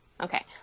Okay